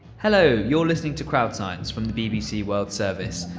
hello, you're listening to crowdscience from the bbc world service,